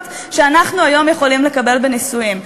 שאנחנו היום יכולים לקבל בנישואים,